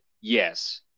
Yes